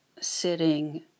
sitting